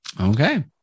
Okay